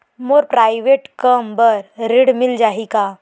मोर private कम बर ऋण मिल जाही का?